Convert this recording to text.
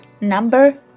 number